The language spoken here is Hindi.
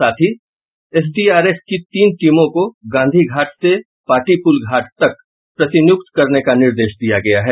साथ ही एसडीआरएफ की तीन टीमों को गांधी घाट से पाटी पूल घाट तक प्रतिनिय्क्त करने का निर्देश दिया गया है